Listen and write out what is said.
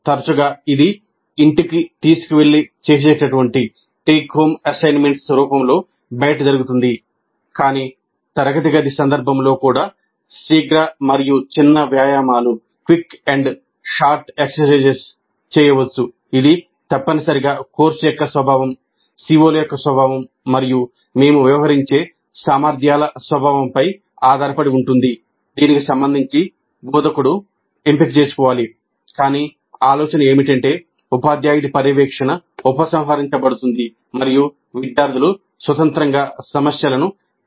తరగతి కారకాలతో అభ్యసిస్తారు